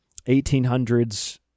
1800s